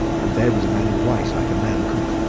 and there was a man in white like a man cook,